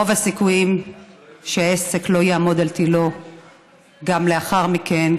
רוב הסיכויים שהעסק לא יעמוד על תילו גם לאחר מכן,